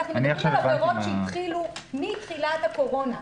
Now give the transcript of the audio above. אנחנו מדברים על עבירות מתחילת הקורונה.